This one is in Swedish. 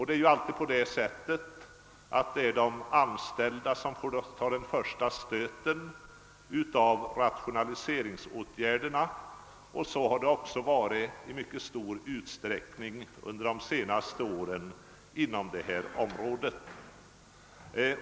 Det är ju alltid de anställda som får ta den första stöten av rationaliseringsåtgärderna, och så har det i stor utsträckning varit under de senaste åren inom det här området.